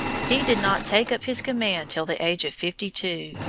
he did not take up his command till the age of fifty-two,